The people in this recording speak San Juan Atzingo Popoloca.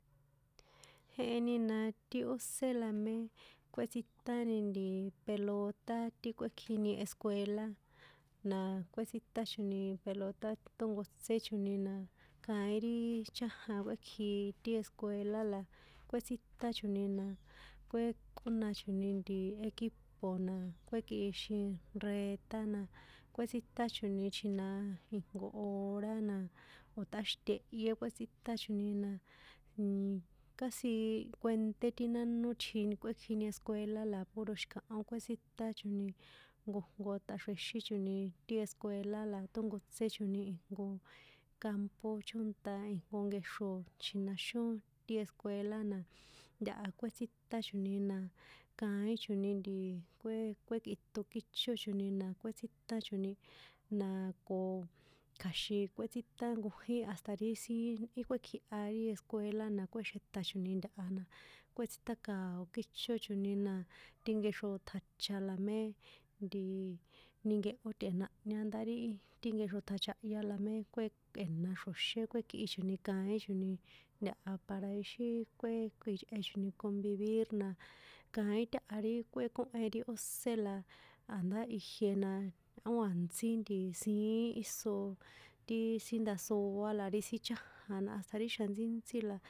Jeheni na ti ósé la mé kꞌuétsíṭani nti, peloṭa ti kꞌuékjini escuela, na kꞌuétsíṭá choni pelote ṭónkotsé choni na kaín ri chájan kꞌuékji ti escuela la kꞌuétsíṭán choni na kꞌúek¿ŏna choni equipo na kuékꞌixin reta na kꞌuétsinta choni chjina ijnk hora na o̱ tꞌáxitehyé kꞌuétsíta choni na, casi kuenṭé nánó tjin kꞌuékjini escuela na puro xi̱kahó kꞌuétsíṭa choni, nkojnko ṭꞌaxrjexín choni ti escuela la ṭónkotsé choni ijnko campo chónṭa ijnko nkexro chjinaxón ti escuela na, ntaha kꞌuétsíṭa choni na, kaín choni ntiiii, kué kuékꞌiṭon kícho choni na kꞌuétsíṭan choni, naaaaa koooo, kja̱xin kꞌuétsínṭán nkojin hasta ri sin í kꞌuékjiha ri escuela na kuexeṭa choni ntaha na, kuétsíṭáka̱o kícho choni na, tinkexro ṭjacha la mé, ntiiii, ninkehó tꞌe̱nahña ndá ri ti nkexro ṭjachahya lamé kuékꞌue̱na xro̱xé kuekꞌi choni kaín choni ntaha para ixi kuekꞌichꞌehe choni convivir na kaín táha ri kꞌuékóhen ti ósé la, a̱ndá ijie na, ó a- ntsí nti siín íso, tiii sin ndasoá la ri sin chájan na hasta ri xjan ntsíntsí la.